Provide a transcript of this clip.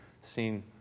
seen